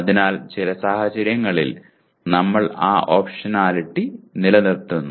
അതിനാൽ ചില സാഹചര്യങ്ങളിൽ നമ്മൾ ആ ഓപ്ഷണാലിറ്റി നിലനിർത്തുന്നു